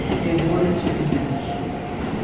they wanted to be cured.